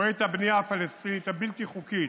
רואה את הבנייה הפלסטינית הבלתי-חוקית,